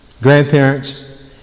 grandparents